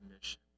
mission